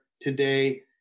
today